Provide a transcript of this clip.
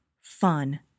fun